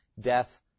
death